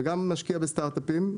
וגם משקיע בסטארט-אפים.